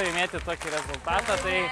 laimėti tokį rezultatą tai